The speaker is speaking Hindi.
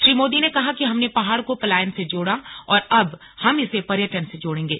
श्री मोदी ने कहा कि हमने पहाड़ को पलायन से जोड़ा और अब हम इसे पर्यटन से जोड़ेंगे